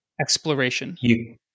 exploration